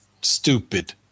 stupid